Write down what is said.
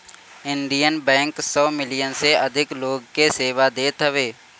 Indian bank सौ million से अधिक लोग के सेवा देत हवे